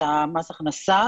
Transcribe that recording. זה מס הכנסה.